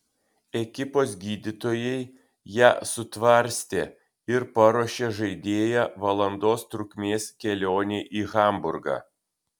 ekipos gydytojai ją sutvarstė ir paruošė žaidėją valandos trukmės kelionei į hamburgą